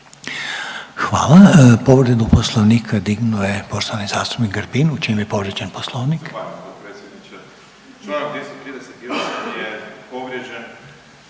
Za povredu Poslovnika javio se poštovani zastupnik Grbin. U čem je povrijeđen Poslovnik?